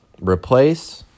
replace